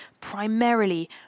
primarily